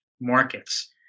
markets